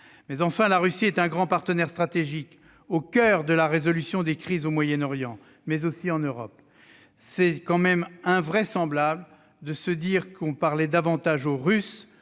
Cependant, la Russie est un grand partenaire stratégique, au coeur de la résolution des crises au Moyen-Orient, mais aussi en Europe. Il est tout de même invraisemblable de constater qu'on parlait davantage aux Russes